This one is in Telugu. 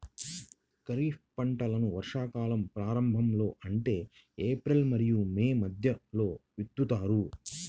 ఖరీఫ్ పంటలను వర్షాకాలం ప్రారంభంలో అంటే ఏప్రిల్ మరియు మే మధ్యలో విత్తుతారు